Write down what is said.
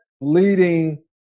leading